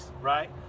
right